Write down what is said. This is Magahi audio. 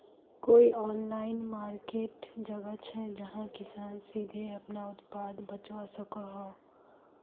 कोई ऑनलाइन मार्किट जगह छे जहाँ किसान सीधे अपना उत्पाद बचवा सको हो?